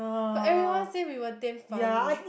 but everyone says we were damn funny